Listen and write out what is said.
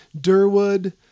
Durwood